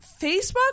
Facebook